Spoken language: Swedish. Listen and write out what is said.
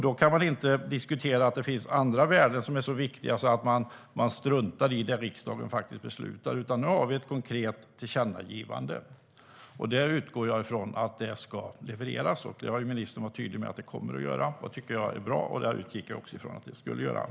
Då kan man inte diskutera att det finns andra värden som är så viktiga att man struntar i det riksdagen har beslutat. Nu har vi ett konkret tillkännagivande, och jag utgår från att det ska tillgodoses. Ministern har varit tydlig med att detta kommer att ske. Det tycker jag är bra, och jag utgick från att så skulle ske.